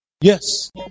Yes